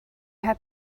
heb